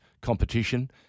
competition